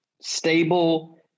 stable